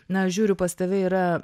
na žiūriu pas tave yra